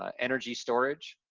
um energy storage,